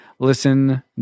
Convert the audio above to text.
listen